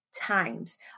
times